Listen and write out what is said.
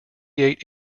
eight